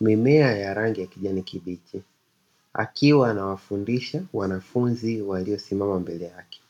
mimea ya rangi ya kijani kibichi akiwa anawafundisha wanafunzi waliosimama mbele yake.